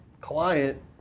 client